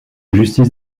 justice